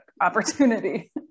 opportunity